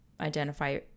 identify